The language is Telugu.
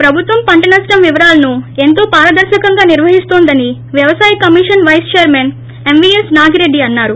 ప్రభుత్వం పంట నష్లం వివరాలను ఎంతో పారదర్రకంగా నిర్వహిస్తోందని వ్యవసాయ commission vice chairman MVS Nagireddy అన్నారు